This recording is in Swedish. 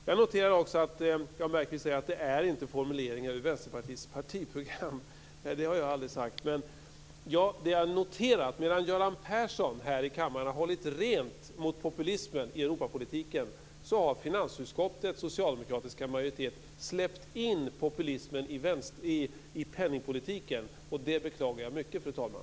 Jag noterar också att Jan Bergqvist säger att det inte är formuleringar ur Vänsterpartiets partiprogram. Det har jag heller aldrig sagt. Men jag noterar ändå att medan Göran Persson här i kammaren har hållit rent mot populismen i Europapolitiken har finansutskottets socialdemokrater släppt in populismen i penningpolitiken. Det beklagar jag mycket, fru talman.